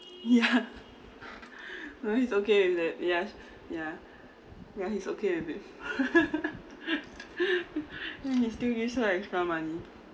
ya ah he's okay with it yes ya ya he's okay with it he still gives me like extra money